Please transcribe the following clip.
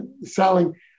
selling